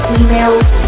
emails